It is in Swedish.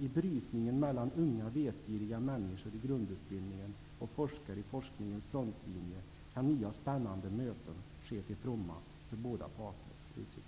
''I brytningen mellan unga vetgiriga människor i grundutbildning och forskare i forskningens frontlinje kan nya spännande möten ske till fromma för båda parter.''